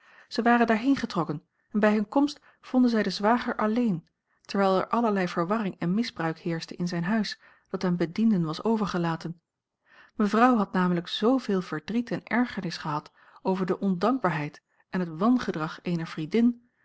zij waren daarheen getrokken en bij hunne komst vonden zij den zwager alleen terwijl er allerlei verwarring en misbruik heerschte in zijn huis dat aan bedienden was overgelaten mevrouw had namelijk zooveel verdriet en ergernis gehad over de ondankbaarheid en het a l g bosboom-toussaint langs een omweg wangedrag eener vriendin